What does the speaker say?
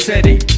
city